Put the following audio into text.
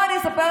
תכלס,